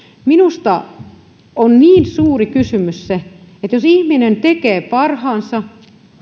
minusta on niin suuri kysymys se että jos ihminen tekee parhaansa